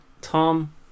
Tom